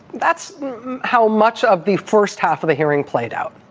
that's how much of the first half of the hearing played out